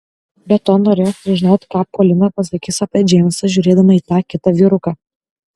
be to norėjo sužinoti ką polina pasakys apie džeimsą žiūrėdama į tą kitą vyruką